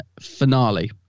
Finale